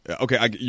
Okay